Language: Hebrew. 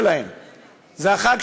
אולי גם